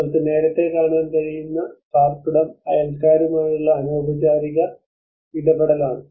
നിങ്ങൾക്ക് നേരത്തെ കാണാൻ കഴിയുന്ന പാർപ്പിടം അയൽക്കാരുമായുള്ള അനൌചാരിപചാരിക ഇടപെടലാണ്